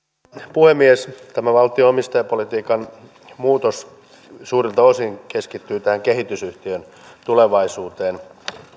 puhemies tämä valtion omistajapolitiikan muutos suurilta osin keskittyy tähän kehitysyhtiön tulevaisuuteen